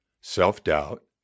self-doubt